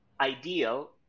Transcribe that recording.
ideal